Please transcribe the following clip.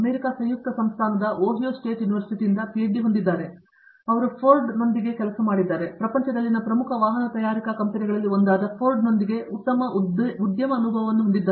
America ಸಂಯುಕ್ತ ಸಂಸ್ಥಾನದ Ohio State ಯೂನಿವರ್ಸಿಟಿಯಿಂದ ಪಿಹೆಚ್ಡಿ ಹೊಂದಿದ್ದಾರೆ ಅವರು ಫೋರ್ಡ್ನೊಂದಿಗೆ ಕೆಲಸ ಮಾಡಿದ್ದಾರೆ ಆದ್ದರಿಂದ ಅವರು ಪ್ರಪಂಚದಲ್ಲಿನ ಪ್ರಮುಖ ವಾಹನ ತಯಾರಿಕಾ ಕಂಪನಿಗಳಲ್ಲಿ ಒಂದಾದ ಫೋರ್ಡ್ನೊಂದಿಗೆ ಉತ್ತಮ ಉದ್ಯಮ ಅನುಭವವನ್ನು ಹೊಂದಿದ್ದಾರೆ